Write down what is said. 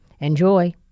Enjoy